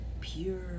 pure